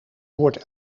hoort